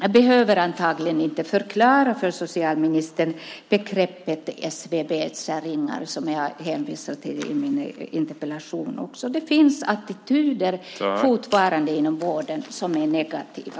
Jag behöver antagligen inte förklara begreppet SVB-käringar, som jag också hänvisar till i min interpellation, för socialministern. Det finns fortfarande attityder inom vården som är negativa.